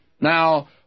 Now